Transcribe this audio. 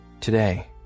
today